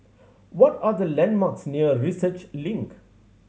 what are the landmarks near Research Link